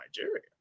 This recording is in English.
Nigeria